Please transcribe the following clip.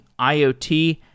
IoT